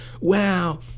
Wow